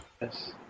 yes